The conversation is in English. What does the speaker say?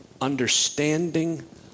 understanding